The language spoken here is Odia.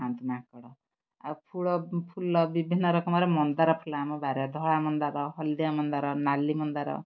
ଖାଆନ୍ତୁ ମାଙ୍କଡ଼ ଆଉ ଫୁଲ ବିଭିନ୍ନ ରକମର ମନ୍ଦାର ଫୁଲ ଆମ ବାରିରେ ଧଳା ମନ୍ଦାର ହଳଦିଆ ମନ୍ଦାର ନାଲି ମନ୍ଦାର